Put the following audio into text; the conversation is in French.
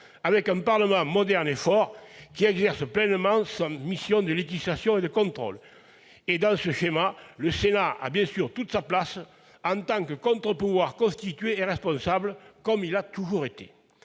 avec un Parlement moderne et fort, qui exerce pleinement sa mission de législation et de contrôle. Dans ce schéma, le Sénat a bien sûr toute sa place en tant que contre-pouvoir constitué et responsable, comme il l'a toujours été.